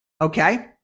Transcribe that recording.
Okay